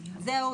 זהו,